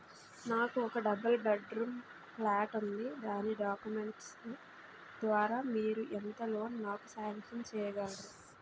నాకు ఒక double bedroom flat ఉంది దాని డాక్యుమెంట్స్ లు ద్వారా మీరు ఎంత లోన్ నాకు సాంక్షన్ చేయగలరు?